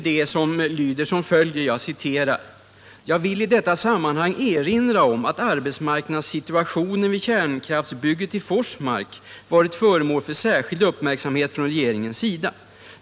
Det lyder som följer: ”Jag vill i detta sammanhang erinra om att arbetsmarknadssituationen vid kärnkraftsbygget i Forsmark varit föremål för särskild uppmärksamhet från regeringens sida.